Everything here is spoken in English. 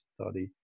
study